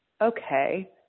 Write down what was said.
Okay